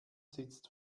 sitzt